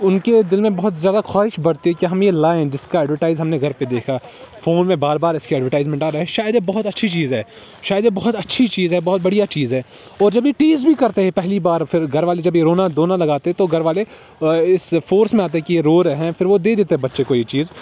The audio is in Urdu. ان کے دل میں بہت زیادہ خواہش بڑھتی ہے کہ ہم یہ لائیں جس کا اڈورٹائز ہم نے گھر پہ دیکھا فون میں بار بار اس کے اڈورٹائزمنٹ آ رہے ہیں شاید یہ بہت اچھی چیز ہے شاید یہ بہت اچھی چیز ہے بہت بڑھیا چیز ہے اور جب یہ ٹیز بھی کرتے ہیں پہلی بار پھر گھر والے جب یہ رونا دھونا لگاتے ہیں تو گھر والے اس فورس میں آتے ہیں کہ یہ رو رہے ہیں پھر وہ دے دیتے ہیں بچے کو یہ چیز